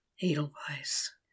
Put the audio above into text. Edelweiss